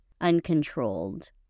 uncontrolled